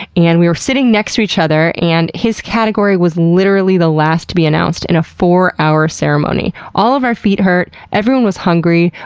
and we were sitting next to each other, and his category was literally the last to be announced in a four hour ceremony. all of our feet hurt, everyone was hungry,